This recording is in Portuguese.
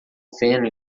feno